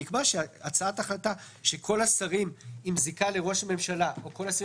נקבע שהצעת החלטה שכל השרים עם זיקה לראש הממשלה או כל השרים